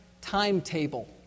timetable